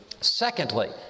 Secondly